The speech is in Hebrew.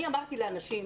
אני אמרתי לאנשים,